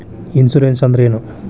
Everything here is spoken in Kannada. ಇನ್ಶೂರೆನ್ಸ್ ಅಂದ್ರ ಏನು?